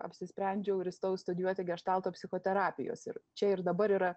apsisprendžiau ir įstojau studijuoti geštalto psichoterapijos ir čia ir dabar yra